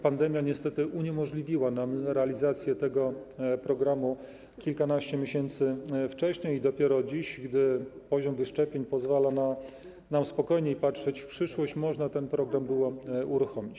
Pandemia niestety uniemożliwiła nam realizację tego programu kilkanaście miesięcy wcześniej i dopiero dziś, gdy poziom wyszczepień pozwala nam spokojniej patrzeć w przyszłość, można ten program było uruchomić.